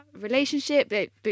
relationship